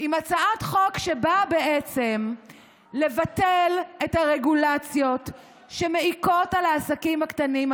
עם הצעת חוק שבאה בעצם לבטל את הרגולציות שמעיקות על העסקים הקטנים,